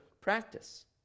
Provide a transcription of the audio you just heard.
practice